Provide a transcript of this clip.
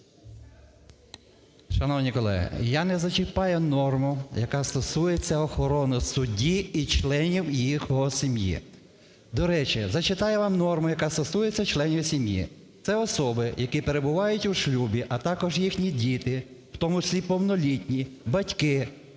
Шановні колеги, я не зачіпаю норму, яка стосується охорони судді і членів його сім'ї. До речі, зачитаю вам норму, яка стосується членів сім'ї. "Це особи, які перебувають у шлюбі, а також їхні діти, в тому числі повнолітні, батьки,